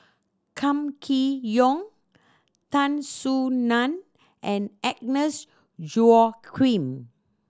Kam Kee Yong Tan Soo Nan and Agnes Joaquim